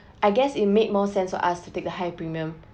I guess it made more sense for us to take the high premium